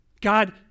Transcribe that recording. God